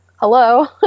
hello